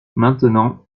maintenant